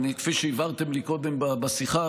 כפי שהבהרתם קודם בשיחה,